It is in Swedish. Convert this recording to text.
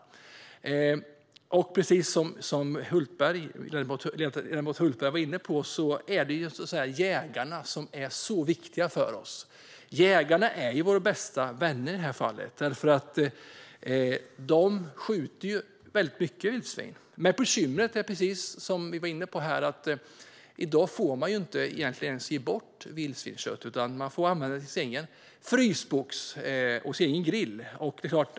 Som ledamoten Hultberg var inne på är det jägarna som är så viktiga för oss. De är våra bästa vänner i detta fall, eftersom de skjuter väldigt många vildsvin. Men bekymret är, som vi har varit inne på här, att man i dag egentligen inte ens får ge bort vildsvinskött. Man får själv använda det och lägga det i sin egen frysbox och på sin egen grill.